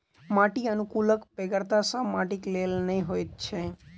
माटि अनुकुलकक बेगरता सभ माटिक लेल नै होइत छै